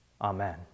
Amen